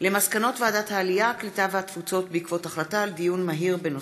הצעת חוק שכר מינימום לחיילים בשירות סדיר,